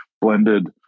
blended